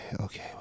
okay